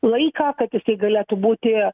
laiką kad galėtų būti